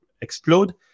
explode